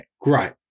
great